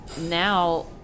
Now